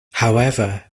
however